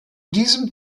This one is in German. diesem